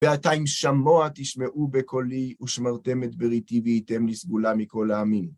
בעתיים שמוע תשמעו בקולי, ושמרתם את בריתי, והייתם לסגולה מכל העמים.